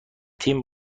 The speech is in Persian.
تیم